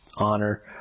honor